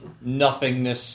nothingness